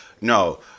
no